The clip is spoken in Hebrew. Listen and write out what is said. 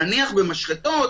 נניח במשחטות,